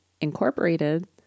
Incorporated